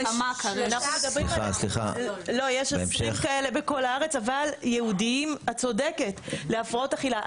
יש 20 כאלה בכל הארץ את צודקת אבל ייעודיים להפרעות אכילה.